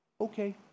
Okay